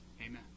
amen